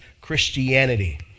Christianity